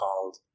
called